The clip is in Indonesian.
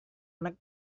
anak